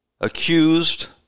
accused